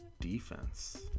defense